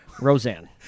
Roseanne